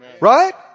Right